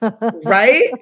Right